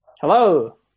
hello